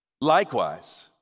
Likewise